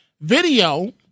video